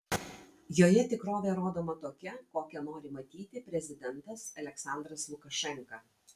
joje tikrovė rodoma tokia kokią nori matyti prezidentas aliaksandras lukašenka